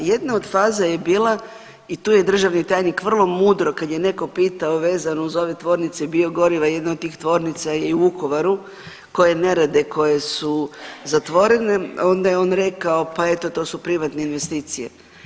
Jedna od faza je bila i tu je državni tajnik vrlo mudro, kad je netko pitao, vezano uz ove tvornice biogoriva, jedna od tih tvornica je u Vukovaru koje ne rade, koje su zatvorene, onda je on rekao pa eto, to su privatne investicije.